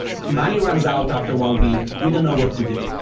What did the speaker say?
money runs out after one week. we don't know what to do.